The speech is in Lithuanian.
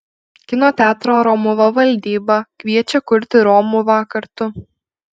kino teatro romuva valdyba kviečia kurti romuvą kartu